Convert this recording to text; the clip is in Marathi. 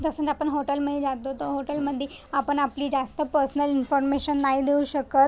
जसं आपण हॉटेलमध्ये जातो तो हॉटेलमध्ये आपण आपली जास्त पर्सनल इन्फॉर्मेशन नाही देऊ शकत